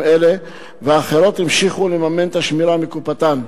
אלה ואחרות המשיכו לממן את השמירה מקופתן.